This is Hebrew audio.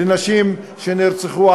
לנשים שנרצחו,